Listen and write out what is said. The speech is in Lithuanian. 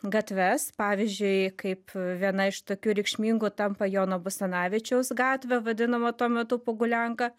gatves pavyzdžiui kaip viena iš tokių reikšmingų tampa jono basanavičiaus gatvė vadinama tuo metu pogulianka